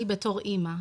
אני בתור אמא,